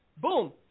boom